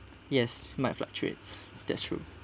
yes might fluctuates that's true